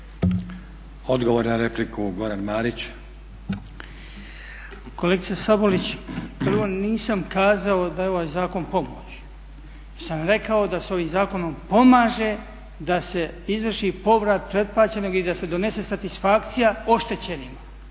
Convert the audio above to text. **Marić, Goran (HDZ)** Kolegice Sabolić, prvo nisam kazao da je ovaj zakon pomoć već sam rekao da se ovim zakonom pomaže da se izvrši povrat pretplaćenog i da se donese satisfakcija oštećenima.